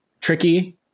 tricky